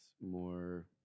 more